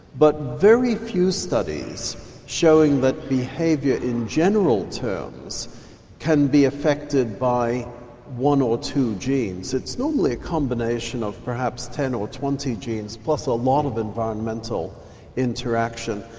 but very few studies showing that behaviour in general terms can be affected by one or two genes. it's normally a combination of perhaps ten or twenty genes plus a lot of environmental interaction.